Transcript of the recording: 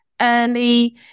early